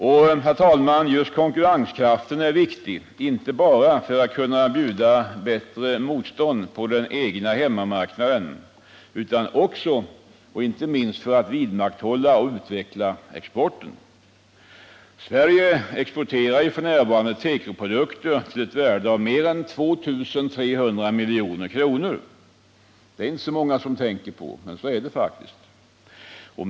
Och, herr talman, just konkurrenskraften är viktig, inte bara för att kunna bjuda bättre motstånd på den egna hemmamarknaden utan också för att kunna vidmakthålla och utveckla exporten. Sverige exporterar f. n. tekoprodukter till ett värde av mer än 2 300 milj.kr. per år. Det är inte så många som tänker på det, men så är det faktiskt.